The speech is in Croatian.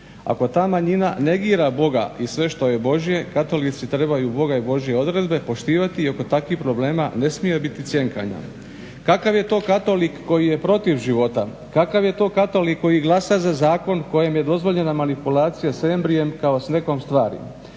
Ako ta manjina negira Boga i sve što je Božje katolici trebaju Boga i Božje odredbe poštivati i oko takvih problema ne smije biti cjenkanja. Kakav je to katolik koji je protiv života, kakav je to katolik koji glasa za zakon kojim je dozvoljena manipulacija s embrijem kao s nekom stvarima.